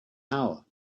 hour